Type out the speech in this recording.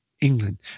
England